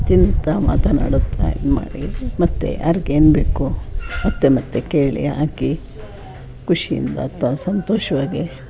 ತಿನ್ನುತ್ತಾ ಮಾತನಾಡುತ್ತಾ ಇದು ಮಾಡಿ ಮತ್ತು ಯಾರಿಗೆ ಏನುಬೇಕೋ ಮತ್ತೆ ಮತ್ತೆ ಕೇಳಿ ಹಾಕಿ ಖುಷಿಯಿಂದ ಅಥವಾ ಸಂತೋಷವಾಗೇ